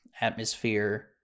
Atmosphere